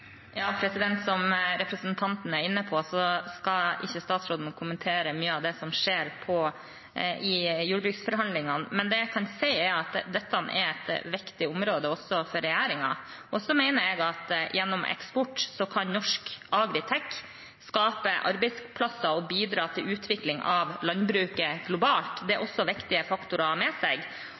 jordbruksforhandlingene, men det jeg kan si, er at dette er et viktig område, også for regjeringen. Så mener jeg at gjennom eksport kan norsk agritech skape arbeidsplasser og bidra til utvikling av landbruket globalt. Det er også viktige faktorer å ha med seg.